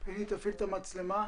אני בוודאות יודע שלפני שהבן שלי